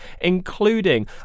including